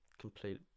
complete